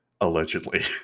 allegedly